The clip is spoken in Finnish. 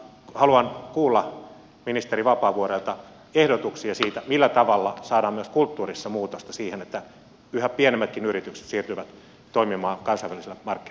haluan kuulla ministeri vapaavuorelta ehdotuksia siitä millä tavalla saadaan myös kulttuurissa muutosta siihen että yhä pienemmätkin yritykset siirtyvät toimimaan kansainvälisillä markkinoilla